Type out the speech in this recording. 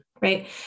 Right